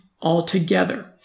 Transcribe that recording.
altogether